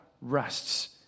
rests